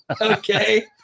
okay